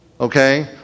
Okay